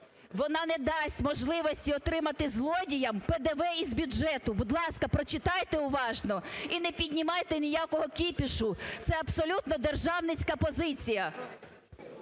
Вона не дасть можливості отримати злодіям ПДВ із бюджету. Будь ласка, прочитайте уважно і не піднімайте ніякого кіпішу, це абсолютно державницька позиція.